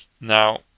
Now